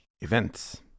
events